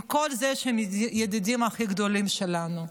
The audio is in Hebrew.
עם כל זה שהם הידידים הכי גדולים שלנו.